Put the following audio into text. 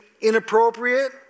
inappropriate